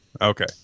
Okay